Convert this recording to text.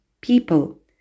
people